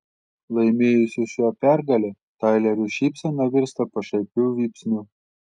laimėjusio šią pergalę tailerio šypsena virsta pašaipiu vypsniu